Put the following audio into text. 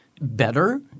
Better